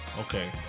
okay